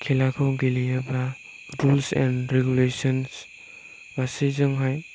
खेलाखौ गेलेयोब्ला rules and regulations गासैजोंहाय